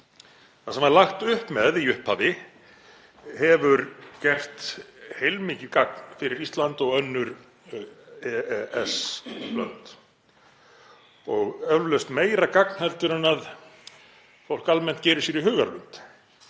Það sem var lagt upp með í upphafi hefur gert heilmikið gagn fyrir Ísland og önnur EES-lönd og eflaust meira gagn en fólk almennt gerir sér í hugarlund.